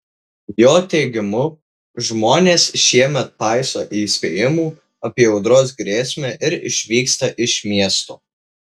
jo teigimu žmonės šiemet paiso įspėjimų apie audros grėsmę ir išvyksta iš miesto